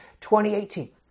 2018